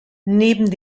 neben